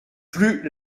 plus